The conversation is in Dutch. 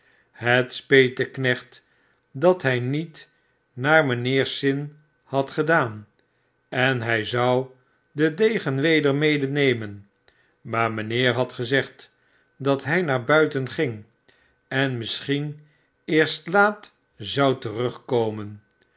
het speet den knecht dat hij niet naar mijnheers zin had gedaan en hij zou den degen weder medenemen maar mijnheer had gezegd dat hij naar buiten ging en misschien eerst laat zou terugkomen